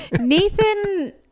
Nathan